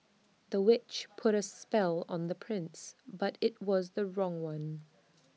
the witch put A spell on the prince but IT was the wrong one